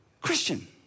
Christian